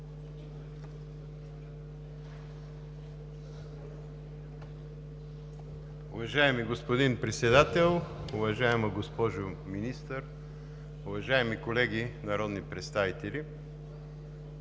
Уважаеми господин Председател, уважаема госпожо Министър, уважаеми колеги народни представители!